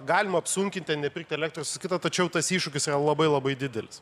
galima apsunkint ten nepirkt elektros visa kita tačiau tas iššūkis yra labai labai didelis